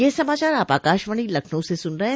ब्रे क यह समाचार आप आकाशवाणी लखनऊ से सुन रहे हैं